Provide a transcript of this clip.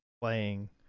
playing